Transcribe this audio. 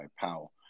Powell